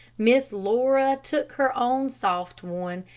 miss laura took her own soft one,